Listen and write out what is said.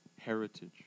heritage